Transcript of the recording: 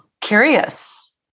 curious